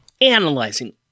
analyzing